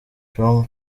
com